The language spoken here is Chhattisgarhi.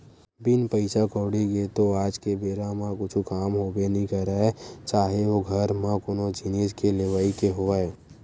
बिन पइसा कउड़ी के तो आज के बेरा म कुछु काम होबे नइ करय चाहे ओ घर म कोनो जिनिस के लेवई के होवय